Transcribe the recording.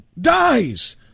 dies